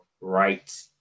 right